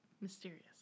Mysterious